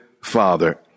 father